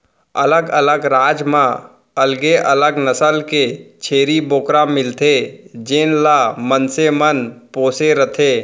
अलग अलग राज म अलगे अलग नसल के छेरी बोकरा मिलथे जेन ल मनसे मन पोसे रथें